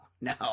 no